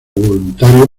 voluntario